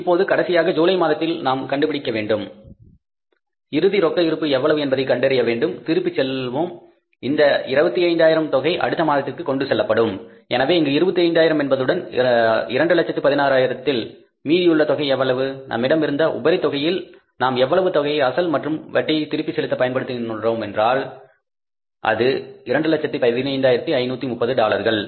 இப்போது கடைசியாக ஜூலை மாதத்தில் நாம் கண்டுபிடிக்க வேண்டும் இறுதி ரொக்க இருப்பு எவ்வளவு என்பதை கண்டறிய வேண்டும் திரும்பிச் செல்வோம் இந்த 25000 தொகை அடுத்த மாதத்திற்கு கொண்டு செல்லப்படும் எனவே இங்கு 25000 என்பதுடன் 216000 இல் மீதியுள்ள தொகை எவ்வளவு நம்மிடம் இருந்த உபரி தொகையில் நாம் எவ்வளவு தொகையை அசல் மற்றும் வட்டியை திருப்பிச் செலுத்த பயன்படுத்தினோமென்றால் 215530 டாலர்கள்